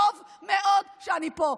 טוב מאוד שאני פה.